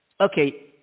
okay